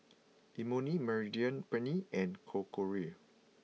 Imoni Mediterranean Penne and Korokke